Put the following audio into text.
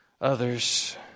others